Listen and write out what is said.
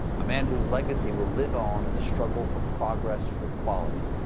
a man whose legacy will live on in the struggle for progress for equality.